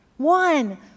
One